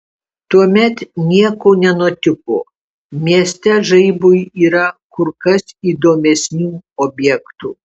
tuomet nieko nenutiko mieste žaibui yra kur kas įdomesnių objektų